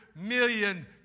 million